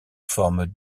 forme